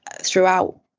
throughout